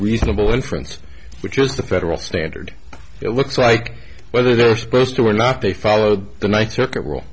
reasonable inference which is the federal standard it looks like whether they're supposed to or not they followed the make circuit w